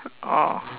oh